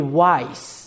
wise